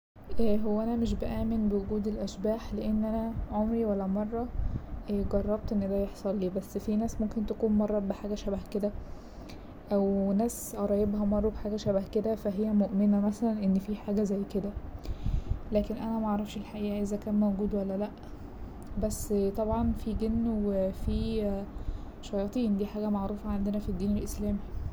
هو أنا مش بآمن بوجود الأشباح لأن أنا عمري ولا مرة جربت إن ده يحصلي، بس في ناس ممكن تكون مرت بحاجة شبه كدا أو ناس قرايبها مروا بحاجة شبه كدا فا هي مؤمنة مثلا إن فيه حاجة زي كده لكن أنا معرفش الحقيقة إذا كان موجود ولا لا بس طبعا فيه جن وفيه شياطين دي حاجة معروفة عندنا في الدين الإسلامي.